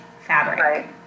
fabric